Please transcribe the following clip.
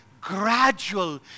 gradual